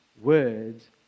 words